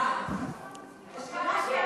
עוד פעם.